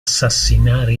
assassinare